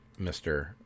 Mr